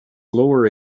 lower